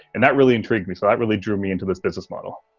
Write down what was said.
and that really intrigued me so that really drew me into this business model.